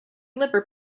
liver